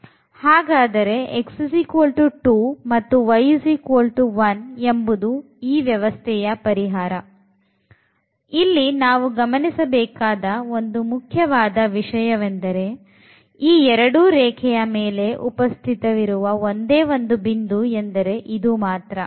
ಹಾಗಾದರೆ x2 ಮತ್ತು y1 ಎಂಬುದು ಈ ವ್ಯವಸ್ಥೆಯ ಪರಿಹಾರ ಇಲ್ಲಿ ನಾವು ಗಮನಿಸಬೇಕಾದ ಒಂದು ಮುಖ್ಯವಾದ ವಿಷಯವೆಂದರೆ ಈ ಎರಡೂ ರೇಖೆಯ ಮೇಲೆ ಉಪಸ್ಥಿತವಿರುವ ಒಂದೇ ಒಂದು ಬಿಂದು ಎಂದರೆ ಇದು ಮಾತ್ರ